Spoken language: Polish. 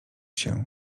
się